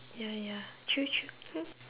ya ya true true